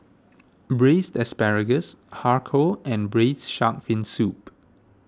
Braised Asparagus Har Kow and Braised Shark Fin Soup